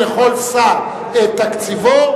כל שר תקציבו,